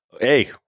hey